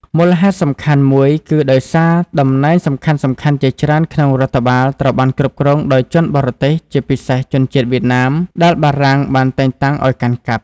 មូលហេតុសំខាន់មួយគឺដោយសារតំណែងសំខាន់ៗជាច្រើនក្នុងរដ្ឋបាលត្រូវបានគ្រប់គ្រងដោយជនបរទេស ជាពិសេសជនជាតិវៀតណាម ដែលបារាំងបានតែងតាំងឱ្យកាន់កាប់។